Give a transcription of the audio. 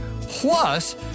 plus